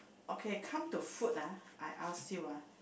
okay come to food ah I ask you ah